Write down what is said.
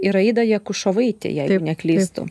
irayda jakušovaitė jeigu neklystu